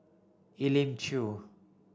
Elim Chew